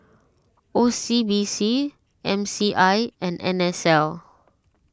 O C B C M C I and N S L